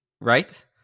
right